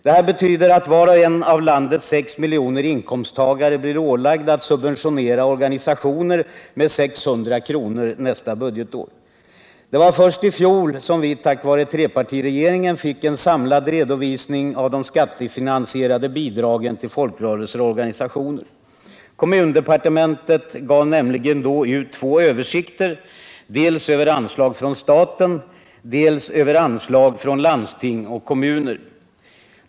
Det här betyder att var och en av landets sex miljoner inkomsttagare blir ålagd att subventionera organisationer med 600 kr. nästa budgetår. Det var först i fjol som vi, tack vare trepartiregeringen, fick en samlad redovisning av de skattefinansierade bidragen till folkrörelser och organisationer. Kommundepartementet gav nämligen då ut två översikter, dels över anslag från staten, dels över anslag från landsting och kommuner.